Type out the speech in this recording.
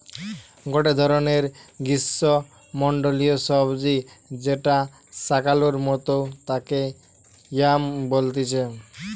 গটে ধরণের গ্রীষ্মমন্ডলীয় সবজি যেটা শাকালুর মতো তাকে য়াম বলতিছে